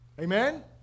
Amen